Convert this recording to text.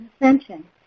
Ascension